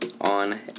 on